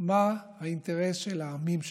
מה האינטרס של העמים שלהם.